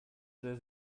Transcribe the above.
sehr